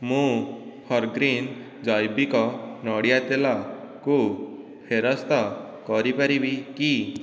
ମୁଁ ଫର୍ଗ୍ରୀନ୍ ଜୈବିକ ନଡ଼ିଆ ତେଲ କୁ ଫେରସ୍ତ କରି ପାରିବି କି